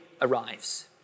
arrives